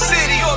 City